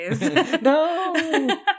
No